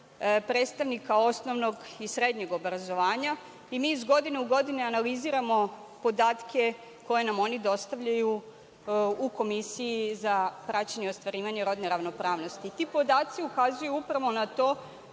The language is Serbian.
predstavnika osnovnog i srednjeg obrazovanja i niz godina u godini analiziramo podatke koje nam oni dostavljaju u Komisiji za praćenje ostvarivanja rodne ravnopravnosti. Ti podaci ukazuju upravo na to